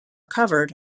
covered